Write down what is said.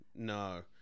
No